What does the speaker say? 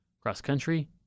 cross-country